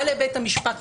בא לבית המשפט,